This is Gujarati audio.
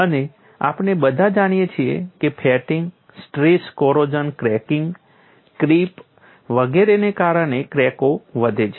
અને આપણે બધા જાણીએ છીએ કે fatigue stress corrosion cracking creep વગેરેને કારણે ક્રેકો વધે છે